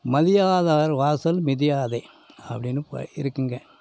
மதியாதவர் வாசல் மிதியாதே அப்படினு இப்போ இருக்குங்க